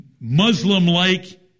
Muslim-like